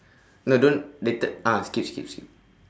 no don't later ah skip skip skip